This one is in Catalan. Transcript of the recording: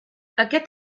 aquest